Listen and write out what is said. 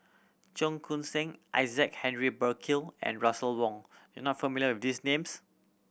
Cheong Koon Seng Isaac Henry Burkill and Russel Wong you are not familiar with these names